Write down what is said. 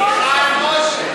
יש לי בדיחה על מוישה.